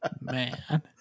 man